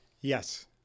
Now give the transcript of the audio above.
Yes